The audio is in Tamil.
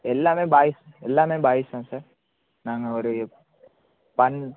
எல்லாமே பாய்ஸ் எல்லாமே பாய்ஸ் தான் சார் நாங்கள் ஒரு பன்